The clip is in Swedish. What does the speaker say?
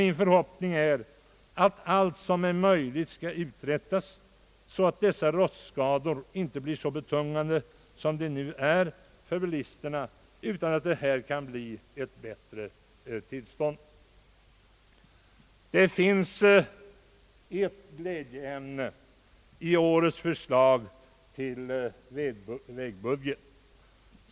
Min förhoppning är att allt vad som är möjligt skall göras för att bilisterna skall slippa betungande kostnader för rostskador till följd av dessa ämnen. Det finns ett glädjeämne i årets förslag till vägbudget.